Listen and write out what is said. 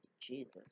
Jesus